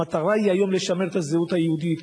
המטרה היום היא לשמר את הזהות היהודית,